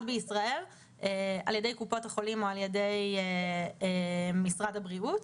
בישראל על ידי קופות החולים או על ידי משרד הבריאות.